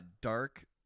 dark